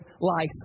life